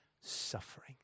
suffering